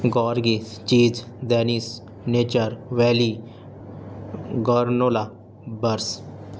گارگیز cheese dense Nature Valley granola برس